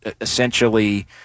essentially